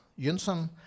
Jönsson